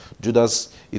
Judas